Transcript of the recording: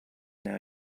now